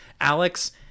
Alex